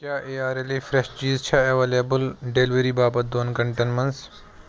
کیٛاہ A R L A fresh چیٖز چھےٚ ایویلیبل ڈیلیوری باپتھ دۄن گنٛٹَن منٛز